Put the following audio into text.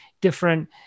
different